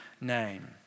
name